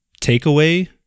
takeaway